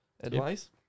advice